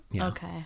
Okay